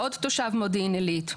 עוד תושב מודיעין עילית: